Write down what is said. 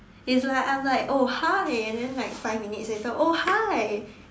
it's like I'm like oh hi and then like five minutes later oh hi